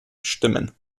stimmen